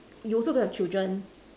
you also don't have children